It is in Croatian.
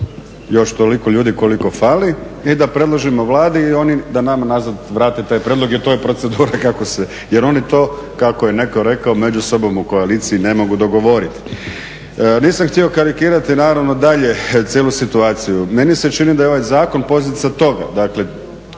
još toliko ljudi koliko fali i da predložimo Vladi i oni da nama nazad vrate taj prijedlog jer to je procedura kako se, jer oni to kako je neko rekao među sobom u koaliciji ne mogu dogovoriti. Nisam htio karikirati naravno dalje cijelu situaciju. Meni se čini da je ovaj zakon posljedica toga, dakle